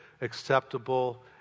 acceptable